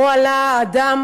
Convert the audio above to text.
שבו עלה אדם